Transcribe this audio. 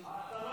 עשינו,